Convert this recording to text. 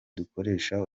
dukoresha